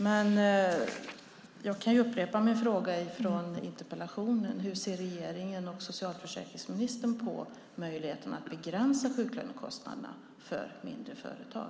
Men jag kan upprepa min fråga från interpellationen: Hur ser regeringen och socialförsäkringsministern på möjligheten att begränsa sjuklönekostnaderna för mindre företag?